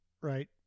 Right